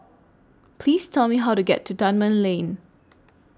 Please Tell Me How to get to Dunman Lane